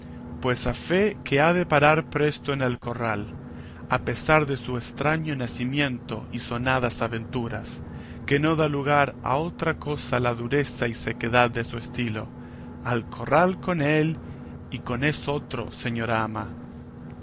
pues a fe que ha de parar presto en el corral a pesar de su estraño nacimiento y sonadas aventuras que no da lugar a otra cosa la dureza y sequedad de su estilo al corral con él y con esotro señora ama